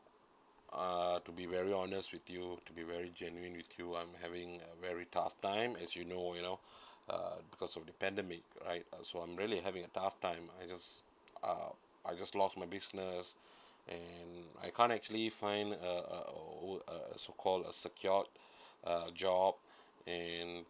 uh to be very honest with you to be very genuine with you I'm having a very tough time as you know you know uh because of the pandemic right so I'm really having a tough time I just uh I just lost my business and I can't actually find a err a so called a secured job and